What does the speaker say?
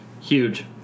Huge